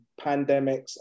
Pandemics